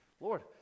Lord